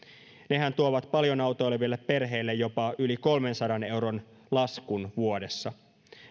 nehän tuovat paljon autoileville perheille jopa yli kolmensadan euron laskun vuodessa